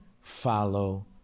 follow